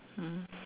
mm